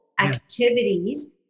activities